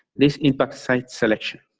this intersite selection,